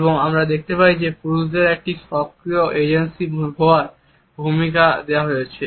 যেখানে আমরা দেখতে পাই যে পুরুষদের একটি সক্রিয় এজেন্সি হওয়ার ভূমিকা দেওয়া হয়েছে